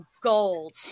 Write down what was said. gold